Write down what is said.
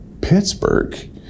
Pittsburgh